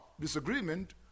disagreement